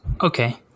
okay